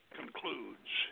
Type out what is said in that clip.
concludes